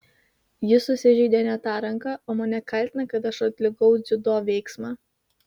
jis susižeidė ne tą ranką o mane kaltina kad aš atlikau dziudo veiksmą